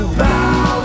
bow